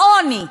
לעוני,